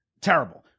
Terrible